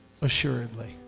assuredly